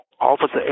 Officer